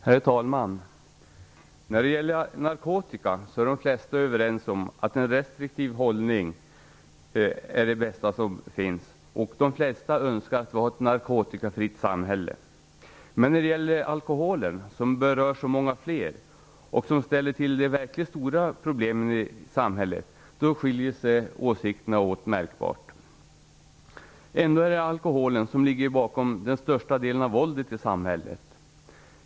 Herr talman! När det gäller narkotika är de flesta överens om att en restriktiv hållning är det bästa. De flesta önskar också ett narkotikafritt samhälle. Men när det gäller alkoholen, som berör så många fler och som ställer till de verkligt stora problemen i samhället, skiljer sig åsikterna märkbart åt. Ändå är det alkoholen som ligger bakom den största delen av våldet i samhället.